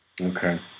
Okay